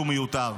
שהוא מיותר.